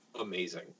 amazing